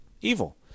evil